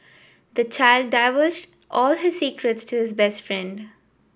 the child divulged all his secrets to his best friend